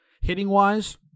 hitting-wise